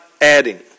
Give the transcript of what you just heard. adding